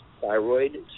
thyroid